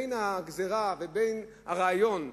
בין הגזירה ובין הרעיון,